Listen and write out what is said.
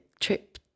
trip